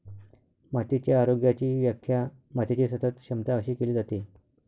मातीच्या आरोग्याची व्याख्या मातीची सतत क्षमता अशी केली जाते